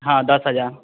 हाँ दस हज़ार